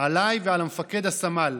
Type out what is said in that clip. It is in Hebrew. עליי ועל המפקד הסמל,